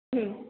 हं